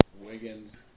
Wiggins